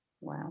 wow